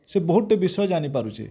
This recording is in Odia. ସେ ବହୁତ ବିଷୟ ଜାଣିପାରୁଛି